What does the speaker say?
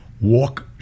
walk